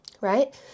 Right